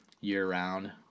year-round